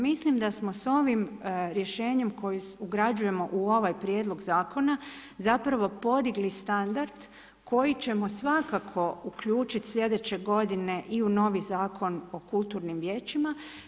Mislim da smo s ovim rješenjem koji ugrađujemo u ovaj prijedlog zakona zapravo podigli standard koji ćemo svakako uključiti sljedeće godine i u novi Zakon o kulturnim vijećima.